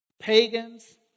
pagans